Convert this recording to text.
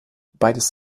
beides